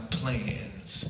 plans